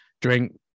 drink